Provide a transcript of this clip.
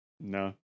No